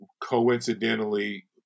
coincidentally